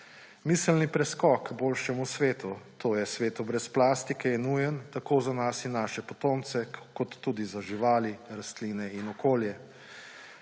Miselni preskok k boljšemu svetu, to je svetu brez plastike, je nujen tako za nas in naše potomce kot tudi za živali, rastline in okolje.